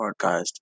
podcast